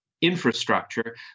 infrastructure